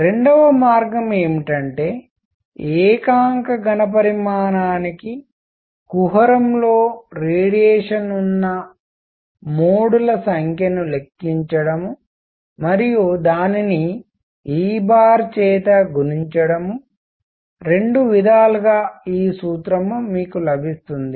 రెండవ మార్గం ఏమిటంటే ఏకాంక ఘణపరిమాణానికి కుహరంలో రేడియేషన్ ఉన్న మోడ్ ల సంఖ్యను లెక్కించడం మరియు దానిని E చేత గుణించడం రెండు విధాలుగా ఈ సూత్రం మీకు లభిస్తుంది